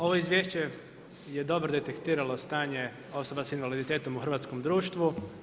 Ovo izvješće je dobro detektiralo stanje osoba s invaliditetom u hrvatskom društvu.